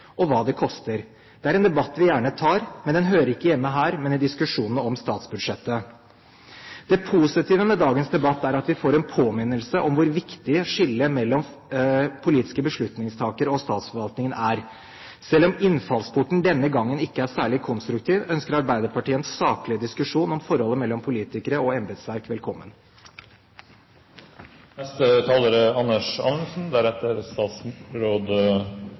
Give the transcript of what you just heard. og hva det koster. Det er en debatt vi gjerne tar. Den hører imidlertid ikke hjemme her, men i diskusjonene om statsbudsjettet. Det positive med dagens debatt er at vi får en påminnelse om hvor viktig skillet mellom politiske beslutningstakere og statsforvaltningen er. Selv om innfallsporten denne gangen ikke er særlig konstruktiv, ønsker Arbeiderpartiet en saklig diskusjon om forholdet mellom politikere og embetsverk velkommen. Embetsverket i departementene er